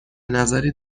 نظری